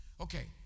okay